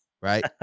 right